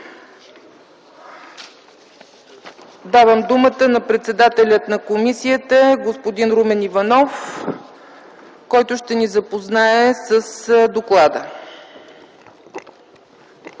Давам думата на председателя на комисията господин Румен Иванов, който ще ни запознае с доклада.